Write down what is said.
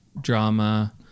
drama